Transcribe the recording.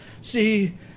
See